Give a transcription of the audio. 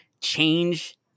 change